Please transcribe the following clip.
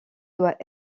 doit